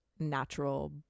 natural